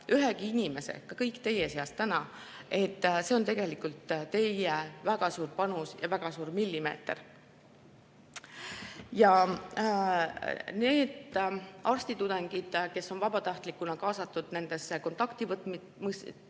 ühegi inimese, ka kõigi teie seast täna, siis see on tegelikult teie väga suur panus ja väga suur millimeeter. Arstitudengid on vabatahtlikuna kaasatud kontaktivõtmisesse,